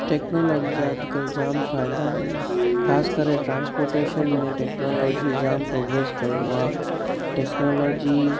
technology जा अॼुकल्ह जाम फ़ाइदा आहिनि ख़ासि करे ट्रांस्पोर्टेशन में टेक्नोलोजी जाम प्रोग्रेस कयो आहे टेक्नोलोजी